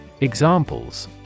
Examples